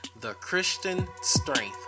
TheChristianStrength